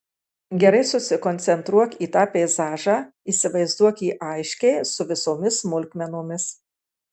gerai susikoncentruok į tą peizažą įsivaizduok jį aiškiai su visomis smulkmenomis